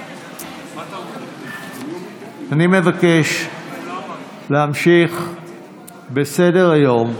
בסדר-היום, אני מבקש להמשיך בסדר-היום.